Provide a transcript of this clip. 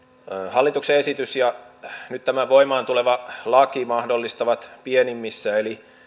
hallituksen esitys ja nyt tämä voimaan tuleva laki mahdollistavat pienimmissä eli